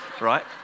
right